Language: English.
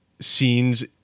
scenes